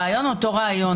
הרעיון הוא אותו רעיון,